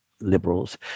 liberals